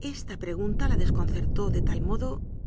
esta pre gunta la desconcertó de tal modo